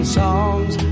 songs